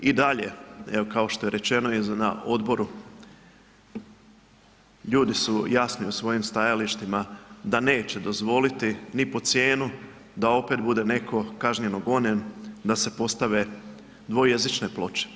I dalje, evo kao što je rečeno i na odboru, ljudi su jasno u svojim stajalištima da neće dozvoliti ni pod cijenu da opet bude netko kažnjeno gonjen, da se postave dvojezične ploče.